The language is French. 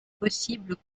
possible